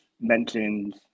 mentions